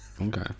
Okay